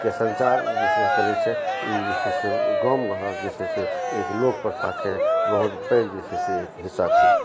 ऊर्जाके सञ्चार ई जे छै से गाम घरके जे छै से एक लोकप्रथाके बहुत पैघ जे छै से हिस्सा छै